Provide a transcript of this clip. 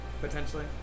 potentially